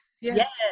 yes